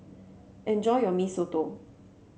enjoy your Mee Soto